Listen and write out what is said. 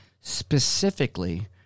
specifically